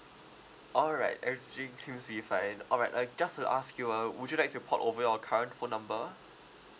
alright everything seems to be fine alright uh just to ask you uh would you like to port over your current phone number